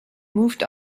moved